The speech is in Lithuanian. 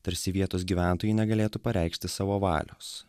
tarsi vietos gyventojai negalėtų pareikšti savo valios